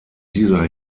dieser